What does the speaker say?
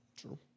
True